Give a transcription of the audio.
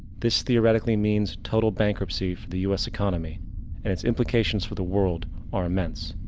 this theoretically means total bankruptcy for the us economy and it's implications for the world are immense.